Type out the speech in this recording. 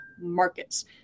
Markets